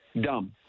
Dumb